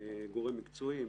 כגורם מקצועי,